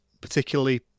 particularly